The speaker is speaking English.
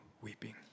weeping